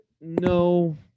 no